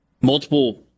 multiple